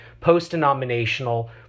post-denominational